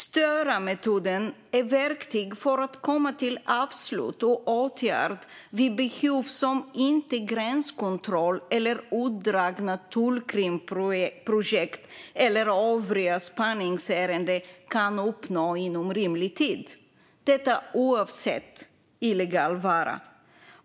Störa-metoden är ett verktyg för att komma till avslut och åtgärd vid behov som inte gränskontroll, utdragna tullkriminalprojekt eller övriga spaningsärenden kan uppnå inom rimlig tid - detta oavsett illegal vara.